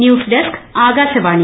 news desk Akashvani